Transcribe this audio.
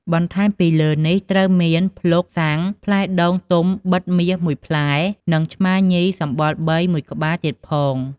បន្ថែមពីលើនេះ ត្រូវមាន ភ្លុក,ស័ង្ខ, ផ្លែដូងទុំបិទមាស១ផ្លែ និងឆ្មាញីសម្បុរបីមួយក្បាលទៀងផង។